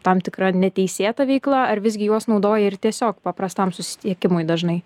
tam tikra neteisėta veikla ar visgi juos naudoja ir tiesiog paprastam susisiekimui dažnai